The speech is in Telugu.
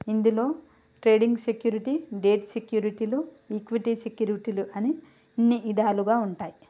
ఇందులో ట్రేడింగ్ సెక్యూరిటీ, డెట్ సెక్యూరిటీలు ఈక్విటీ సెక్యూరిటీలు అని ఇన్ని ఇదాలుగా ఉంటాయి